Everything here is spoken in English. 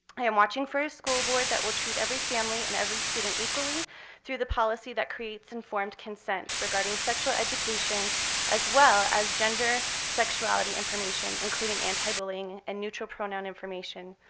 i am watching for a school board that will treat every family and every student equally through the policy that creates informed consent regarding sexual education as well as gender, sexuality information, including anti-bullying and neutral pronoun information.